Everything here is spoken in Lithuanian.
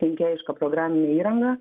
kenkėjiška programinė įranga